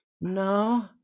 No